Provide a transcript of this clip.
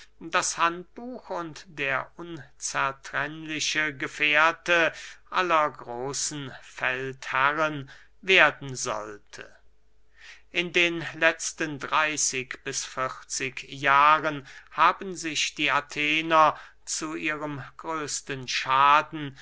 das handbuch und der unzertrennliche gefährte aller großen feldherren werden sollte in den letzten dreyßig bis vierzig jahren haben sich die athener zu ihrem größten schaden